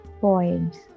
points